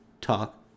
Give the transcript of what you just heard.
Talk